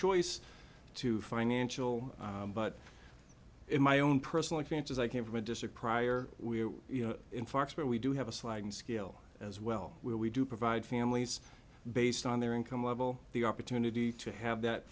choice to financial but in my own personal finances i came from a district prior we you know influx where we do have a sliding scale as well where we do provide families based on their income level the opportunity to have that